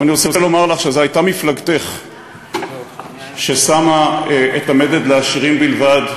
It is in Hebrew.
אבל אני רוצה לומר לך שזו הייתה מפלגתך ששמה את המדד לעשירים בלבד,